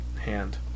hand